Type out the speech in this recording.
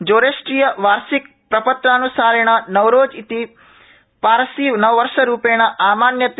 जोरेस्ट्रिय वार्षिक प्रपत्रानुसारेण नवरोजइति पारसी नववर्षरुपेण आमान्यते